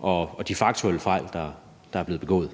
og de faktuelle fejl, der er blevet begået.